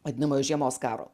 vadinamojo žiemos karo